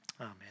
Amen